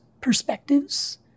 perspectives